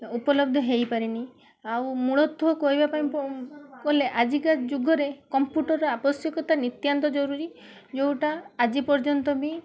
ଉପଲବ୍ଦ ହେଇ ପାରିନି ଆଉ ମୂଳତ୍ୱ କହିବା ପାଇଁ ଗଲେ ଆଜିକା ଯୁଗରେ କମ୍ପ୍ୟୁଟର ର ଆବଶ୍ୟକତା ନିତ୍ୟାନ୍ତ ଜରୁରୀ ଯୋଉଟା ଆଜି ପର୍ଯ୍ୟନ୍ତ ବି